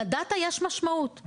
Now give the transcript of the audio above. לדטה יש משמעות.